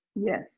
Yes